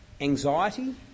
Anxiety